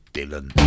Dylan